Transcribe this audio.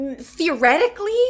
theoretically